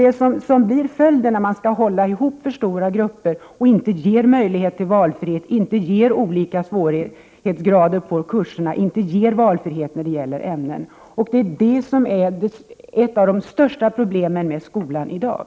Det är det som blir följden när man håller ihop alltför stora grupper, inte ger eleverna möjlighet till fria val, inte har olika svårighetsgrader på kurserna och inte ger valfrihet när det gäller ämnen. Det är ett av de största problemen med skolan i dag.